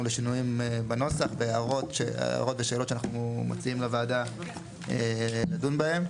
לשינויים בנוסח והערות ושאלות שאנחנו מציעים לוועדה לדון בהם.